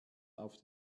auf